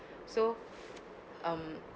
so um